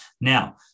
Now